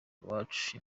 iwacu